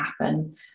happen